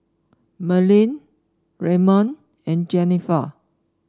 Merlyn Raymon and Jenifer